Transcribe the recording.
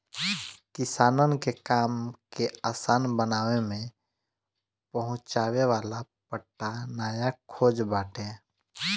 किसानन के काम के आसान बनावे में पहुंचावे वाला पट्टा नया खोज बाटे